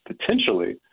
potentially